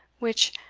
which,